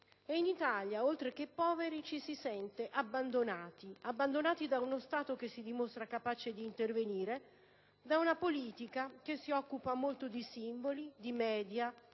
E in Italia, oltre che poveri, ci si sente abbandonati; abbandonati da uno Stato che si dimostra incapace di intervenire, da una politica che si occupa molto di simboli, di *media*,